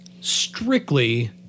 strictly